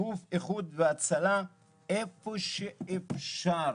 איחוד הצלה איפה שאפשר.